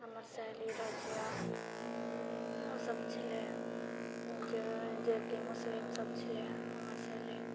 हमर सहेली रजिया ओसभ छलह जे जेकि मुस्लिमसभ छलह हमर सहेली